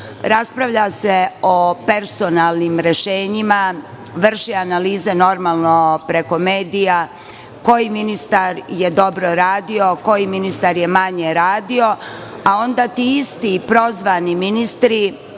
Raspravlja se o personalnim rešenjima, vrši analiza, normalno preko medija, koji ministar je dobro radio, koji ministar je manje radio, a onda ti isti prozvani ministri